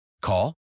Call